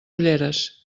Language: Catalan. ulleres